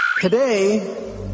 Today